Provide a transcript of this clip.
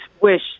wish